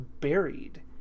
buried